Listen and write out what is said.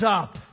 up